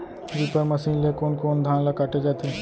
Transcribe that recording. Reaper machine ले कोन कोन धान ल काटे जाथे?